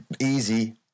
easy